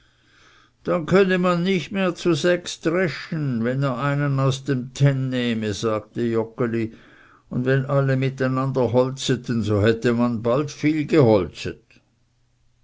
dann könne man nicht mehr zu sechs dreschen wenn er einen aus dem tenn nehme sagte joggeli und wenn alle miteinander holzeten so hätte man bald viel geholzet